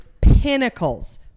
pinnacles